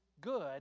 good